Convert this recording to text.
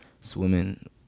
Swimming